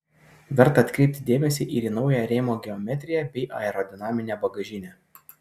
verta atkreipti dėmesį ir į naują rėmo geometriją bei aerodinaminę bagažinę